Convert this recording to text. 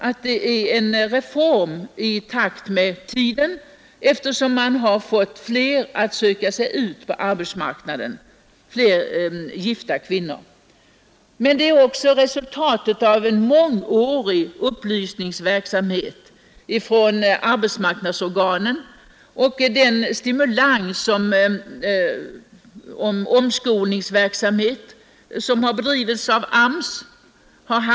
Det är uppenbarligen en reform i takt med tiden, eftersom man har fått fler gifta kvinnor att söka sig ut på arbetsmarknaden, Till detta har också den mångåriga upplysningsverksamheten från arbetsmarknadsorganen och den omskolningsverksamhet som har bedrivits av AMS bidragit.